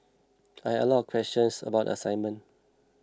I had a lot of questions about the assignment